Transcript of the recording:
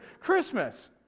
Christmas